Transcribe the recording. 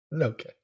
Okay